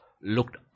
looked